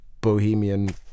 bohemian